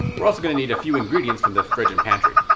we're also going to need a few ingredients from the fridge and pantry.